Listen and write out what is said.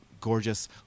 gorgeous